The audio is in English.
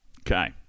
Okay